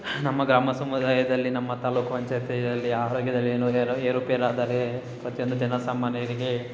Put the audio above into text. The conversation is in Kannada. ನಮ್ಮ ಗ್ರಾಮ ಸಮುದಾಯದಲ್ಲಿ ನಮ್ಮ ತಾಲ್ಲೂಕು ಪಂಚಾಯತಿಯಲ್ಲಿ ಆರೋಗ್ಯದಲ್ಲಿ ಏನು ಏರು ಏರುಪೇರಾದರೆ ಪ್ರತಿಯೊಂದು ಜನ ಸಾಮಾನ್ಯರಿಗೆ